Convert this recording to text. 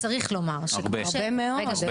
הרבה מאוד.